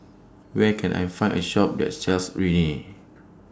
Where Can I Find A Shop that sells Rene